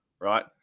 Right